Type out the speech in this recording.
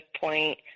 point